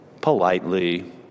politely